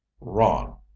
wrong